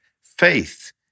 faith